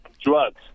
drugs